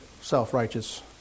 self-righteous